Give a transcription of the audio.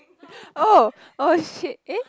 oh oh shit eh